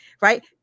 right